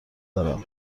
دارم